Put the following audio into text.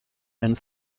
and